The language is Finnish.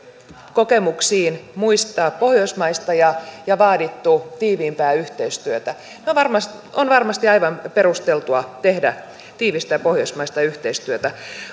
kokemuksiin muista pohjoismaista ja ja vaadittu tiiviimpää yhteistyötä on varmasti on varmasti aivan perusteltua tehdä tiivistä pohjoismaista yhteistyötä